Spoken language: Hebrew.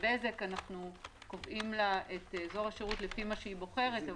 אנחנו קובעים לבזק את אזור השירות לפי מה שהיא בוחרת,